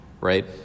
right